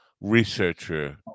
researcher